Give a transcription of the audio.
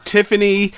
Tiffany